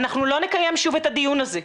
אנחנו לא נקיים שום את הדיון הזה.